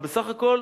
אבל בסך הכול